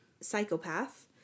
psychopath